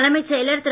தலைமைச் செயலர் திரு